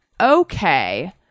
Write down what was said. Okay